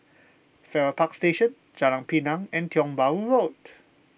Farrer Park Station Jalan Pinang and Tiong Bahru Road